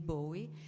Bowie